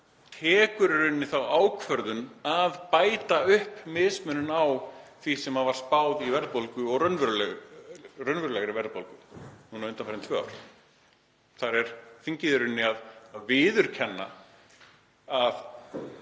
tekur síðan þá ákvörðun að bæta upp mismuninn á því sem var spáð um verðbólgu og raunverulegri verðbólgu undanfarin tvö ár. Þar er þingið í rauninni að viðurkenna að